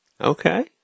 Okay